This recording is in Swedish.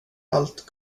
allt